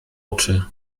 oczy